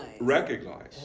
Recognize